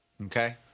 okay